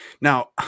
Now